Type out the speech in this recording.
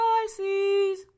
Pisces